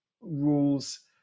rules